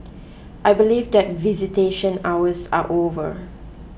I believe that visitation hours are over